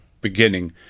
beginning